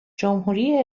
جمهوری